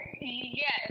Yes